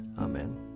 Amen